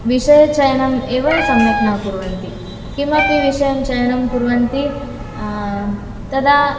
विषयचयनम् एव सम्यक् न कुर्वन्ति किमपि विषयं चयनं कुर्वन्ति तदा